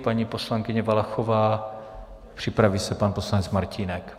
Paní poslankyně Valachová, připraví se pan poslanec Martínek.